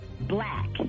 black